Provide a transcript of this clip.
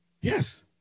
Yes